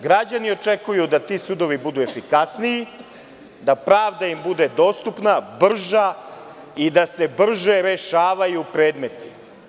Građani očekuju da ti sudovi budu efikasniji, da im pravda bude dostupna, brža i da se brže rešavaju predmeti.